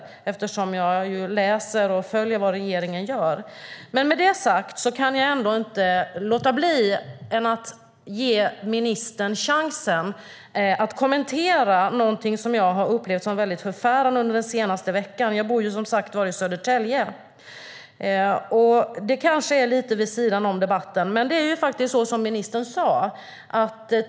Jag läser ju om och följer vad regeringen gör. Men med detta sagt kan jag inte låta bli att ge ministern chansen att kommentera någonting som jag den senaste veckan upplevt som väldigt förfärande. Jag bor, som sagt, i Södertälje. Kanske är det lite vid sidan av debatten, men det är så som ministern sade.